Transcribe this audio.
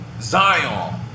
Zion